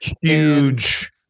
Huge